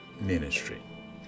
ministry